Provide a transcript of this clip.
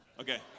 Okay